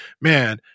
man